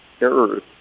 errors